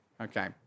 okay